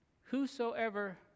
Whosoever